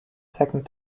second